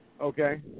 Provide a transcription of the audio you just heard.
Okay